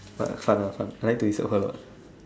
but fun lah fun I like to disturb her a lot